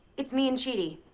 it's me and chidi.